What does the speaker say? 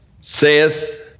saith